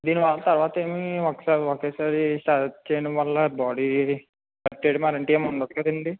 నేను తరువాత ఏమీ ఒక్సారి ఒకేసారి స్టార్ట్ చేయడం వల్ల బాడీ పట్టేయడం అలాంటివేమీ ఉండదు కదండీ